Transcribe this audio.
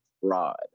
Fraud